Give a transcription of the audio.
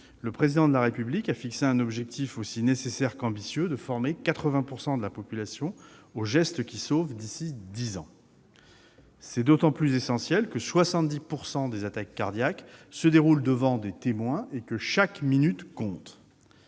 le Président de la République avait fixé un objectif aussi nécessaire qu'ambitieux : former 80 % de la population aux gestes qui sauvent d'ici à dix ans. C'est d'autant plus essentiel que 70 % des attaques cardiaques se déroulent devant des témoins et que chaque minute compte.